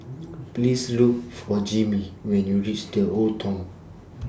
Please Look For Jimmie when YOU REACH The Old Thong